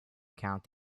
account